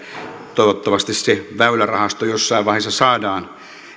toivottavasti se väylärahasto jossain vaiheessa saadaan